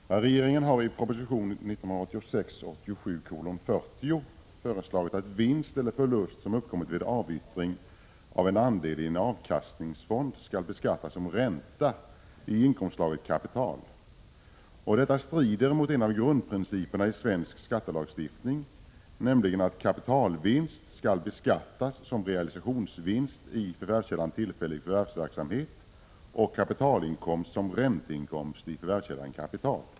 Herr talman! Regeringen har i proposition 1986/87:40 föreslagit att vinst eller förlust som uppkommit vid avyttring av en andel i en avkastningsfond skall beskattas som ränta i inkomstslaget kapital. Detta strider mot en av grundprinciperna i svensk skattelagstiftning, nämligen att kapitalvinst skall beskattas som realisationsvinst i förvärvskällan tillfällig förvärvsverksamhet och kapitalinkomst som ränteinkomst i förvärvskällan kapital.